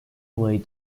way